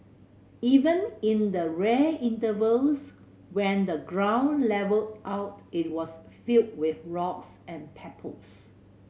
even in the rare intervals when the ground levelled out it was filled with rocks and pebbles